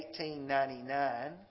1899